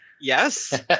Yes